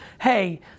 hey